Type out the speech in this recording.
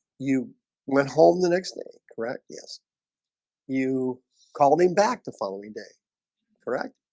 you went home the next day correct? yes you called him back the following day correct.